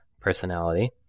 personality